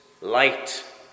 light